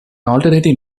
alternative